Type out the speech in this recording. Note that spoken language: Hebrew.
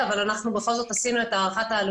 ואנחנו פועלים לפי חוק רק על החוב